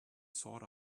sought